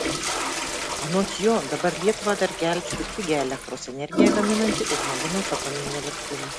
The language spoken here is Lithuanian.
anot jo dabar lietuvą dar gelbsti pigią elektros energiją gaminanti ignalinos atominė elektrinė